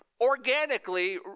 organically